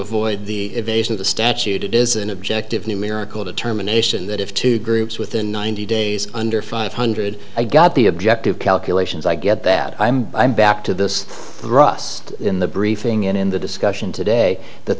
avoid the evasion of the statute it is an objective numerical determination that if two groups within ninety days under five hundred i got the objective calculations i get that i'm i'm back to this rust in the briefing and in the discussion today that